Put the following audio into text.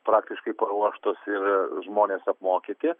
praktiškai paruoštos ir žmonės apmokyti